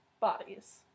Bodies